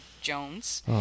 Jones